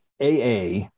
AA